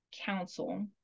Council